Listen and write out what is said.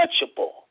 untouchable